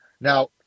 Now